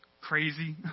crazy